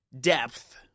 depth